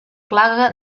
plaga